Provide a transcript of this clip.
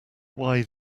why